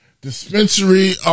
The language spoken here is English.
Dispensary